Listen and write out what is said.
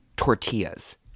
Tortillas